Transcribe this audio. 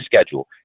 schedule